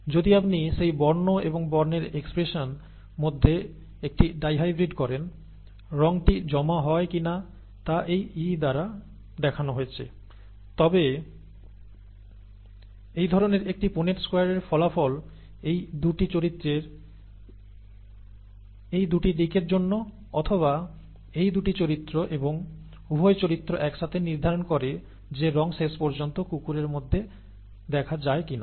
যদি আপনি সেই বর্ণ এবং বর্ণের এক্সপ্রেশনের মধ্যে একটি ডাইহাইব্রিড করেন রঙটি জমা হয় কিনা তা এই E দ্বারা দেখানো হয়েছে তবে এই ধরণের একটি পুন্নেট স্কয়ারের ফলাফল এই 2 টি চরিত্রের এই 2 টি দিকের জন্য অথবা এই 2 টি চরিত্র এবং উভয় চরিত্র একসাথে নির্ধারণ করে যে রঙ শেষ পর্যন্ত কুকুরের মধ্যে দেখা যায় কিনা